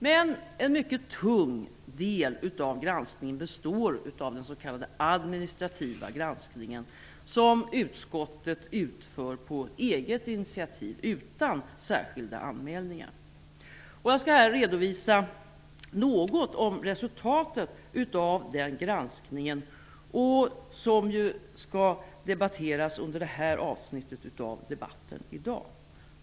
Men en mycket tung del av granskningen består av den s.k. administrativa granskningen som utskottet utför på eget initiativ utan särskilda anmälningar. Jag skall här redovisa något om resultaten av den granskningen, som ju skall debatteras under det här avsnittet i dagens debatt.